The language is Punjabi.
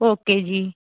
ਓਕੇ ਜੀ